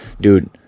Dude